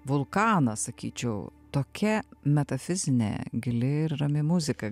vulkaną sakyčiau tokia metafizinė gili ir rami muzika